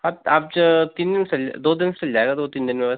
हाँ आप तीन दिन में सिल दो दिन में सिल जाएगा दो तीन दिन में बस